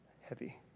heavy